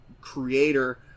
creator